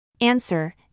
Answer